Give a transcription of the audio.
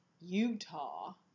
Utah